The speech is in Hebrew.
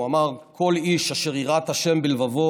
הוא אמר: "כל איש אשר יראת ה' בלבבו